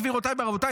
גבירותיי ורבותיי,